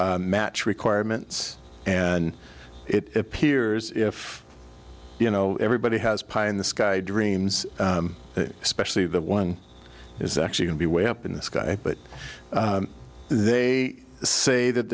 match requirements and it appears if you know everybody has pie in the sky dreams especially the one is actually going to be way up in the sky but they say that